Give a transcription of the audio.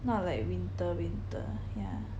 not like winter winter ya